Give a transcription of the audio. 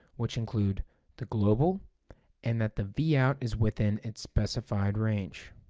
which include the global and that the vout is within its specified range.